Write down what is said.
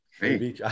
Hey